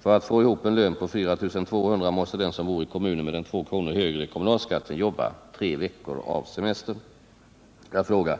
För att få ihop en lön på 4 200 kr. måste den som bor i kommunen med den 2 kr. högre kommunalskatten jobba 3 veckor av semestern. Jag frågar: